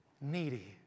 needy